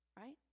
Right